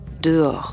dehors